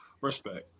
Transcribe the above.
Respect